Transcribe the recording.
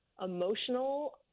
emotional